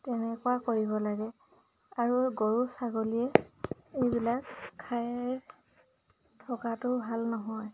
তেনেকুৱা কৰিব লাগে আৰু গৰু ছাগলীয়ে এইবিলাক খাই থকাটো ভাল নহয়